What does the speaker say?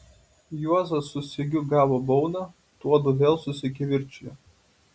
juozas su sigiu gavo baudą tuodu vėl susikivirčijo